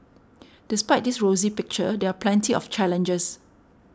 despite this rosy picture there are plenty of challenges